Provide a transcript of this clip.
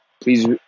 please